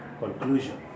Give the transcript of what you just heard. Conclusion